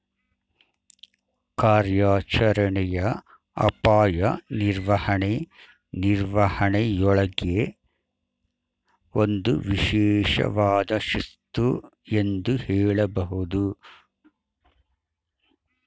ಕಾರ್ಯಾಚರಣೆಯ ಅಪಾಯ ನಿರ್ವಹಣೆ ನಿರ್ವಹಣೆಯೂಳ್ಗೆ ಒಂದು ವಿಶೇಷವಾದ ಶಿಸ್ತು ಎಂದು ಹೇಳಬಹುದು